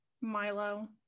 Milo